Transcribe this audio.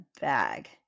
bag